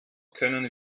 können